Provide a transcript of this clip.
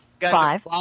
Five